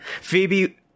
Phoebe